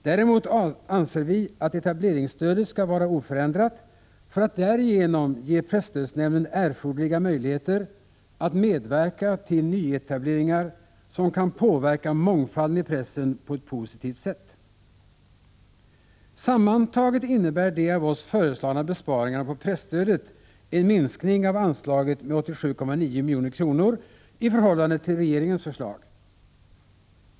Däremot anser vi att etableringsstödet skall vara oförändrat för att presstödsnämnden därigenom skall ges erforderliga möjligheter att medverka till nyetableringar som kan påverka mångfalden i pressen på ett positivt sätt. Sammantaget innebär de av oss föreslagna besparingarna på presstödet en minskning av anslaget med 87,9 milj.kr. i förhållande till regeringens förslag.